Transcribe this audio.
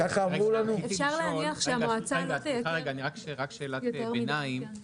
משה יש לי רק שאלת ביניים,